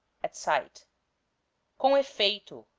at sight com effeito,